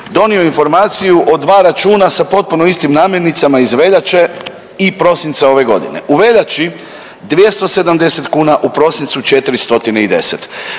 donio informaciju o dva računa sa potpuno istim namirnicama iz veljače i prosinca ove godine. U veljači 270 kuna, u prosincu 410.